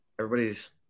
Everybody's